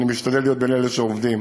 ואני משתדל להיות בין אלה שעובדים,